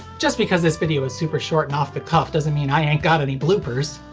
just because the video is super short and off the cuff doesn't mean i ain't got any bloopers!